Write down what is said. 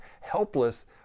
helpless